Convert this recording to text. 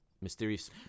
mysterious